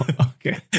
Okay